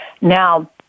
Now